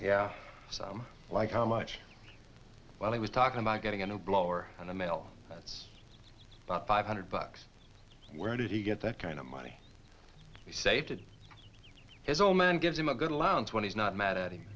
yeah like how much while he was talking about getting a new blower and a mail that's not five hundred bucks where did he get that kind of money he saved to his old man gives him a good allowance when he's not mad at him